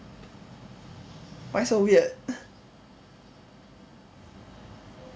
why so weird